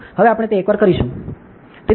હવે આપણે તે એકવાર કરીશું